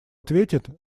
ответит